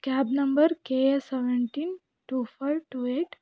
cab number K A seventeen two five two eight